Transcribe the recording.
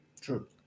True